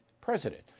president